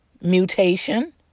mutation